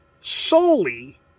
solely